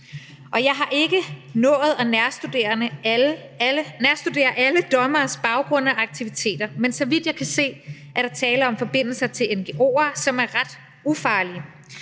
Jeg har ikke nået at nærstudere alle dommeres baggrunde og aktiviteter, men så vidt jeg kan se, er der tale om forbindelser til ngo'er, som er ret ufarlige.